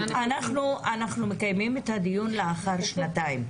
אנחנו מקיימים את הדיון לאחר כמעט שנתיים,